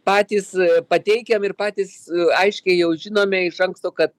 patys pateikiam ir patys aiškiai jau žinome iš anksto kad